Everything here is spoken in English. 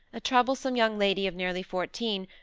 a troublesome young lady of nearly fourteen,